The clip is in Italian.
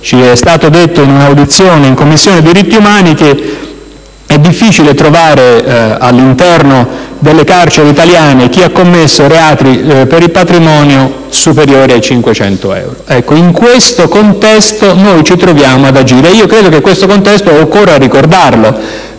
ci è stato detto in una audizione nella Commissione straordinaria diritti umani che è difficile trovare all'interno delle carceri italiane chi ha commesso reati per il patrimonio superiori ai 500 euro. In questo contesto noi ci troviamo ad agire, e credo che questo contesto occorra ricordarlo,